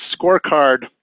scorecard